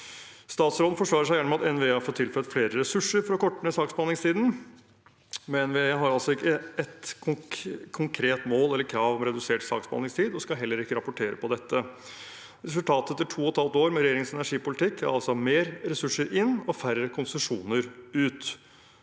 2024 råden forsvarer seg gjerne med at NVE har fått tilført flere ressurser for å korte ned saksbehandlingstiden, men NVE har altså ikke ett konkret mål eller krav om redusert saksbehandlingstid og skal heller ikke rapportere på dette. Resultatet etter to og et halvt år med regjeringens energipolitikk er altså mer ressurser inn og færre konsesjoner ut.